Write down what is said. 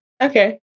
Okay